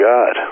God